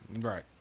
Right